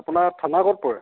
আপোনাৰ থানা ক'ত পৰে